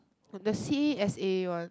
on the c_a s_a one